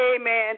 amen